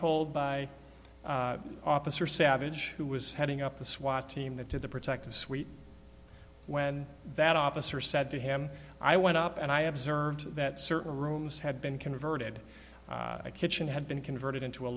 told by officer savidge who was heading up the swat team that did the protective suite when that officer said to him i went up and i observed that certain rooms had been converted a kitchen had been converted into a